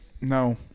No